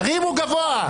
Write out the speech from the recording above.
תרימו גבוה.